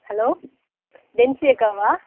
hello பென்சி அக்காவா